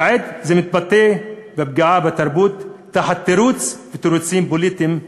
כעת זה מתבטא בפגיעה בתרבות תחת תירוצים פוליטיים.